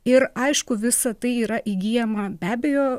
ir aišku visa tai yra įgyjama be abejo